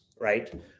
right